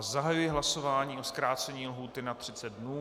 Zahajuji hlasování o zkrácení lhůty na 30 dnů.